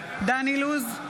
דן אילוז,